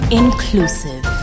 inclusive